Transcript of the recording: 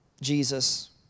Jesus